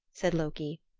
said loki.